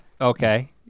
Okay